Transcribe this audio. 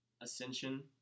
Ascension